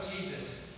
Jesus